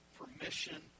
permission